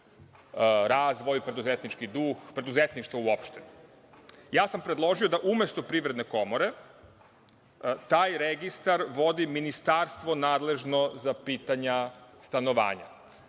razvoj, preduzetnički duh, preduzetništvo uopšte. Ja sam predložio da umesto Privredne komore taj registar vodi Ministarstvo nadležno za pitanje stanovanja.